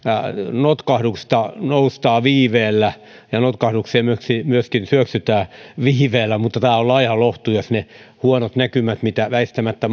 notkahduksesta noustaan viiveellä ja notkahdukseen myöskin syöksytään viiveellä mutta tämä on laiha lohtu jos ne huonot näkymät mitä väistämättä